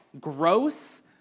gross